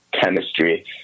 chemistry